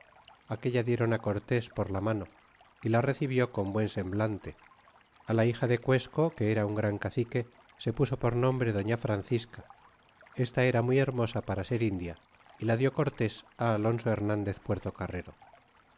aquella diéron cortés pora mano y la recibió con buen semblante la hija de cuesco que era un gran cacique se puso por nombre doña francisca esta era muy hermosa para ser india y la dió cortés á alonso hernandez